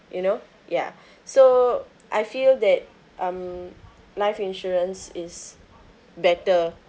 you know ya so I feel that um life insurance is better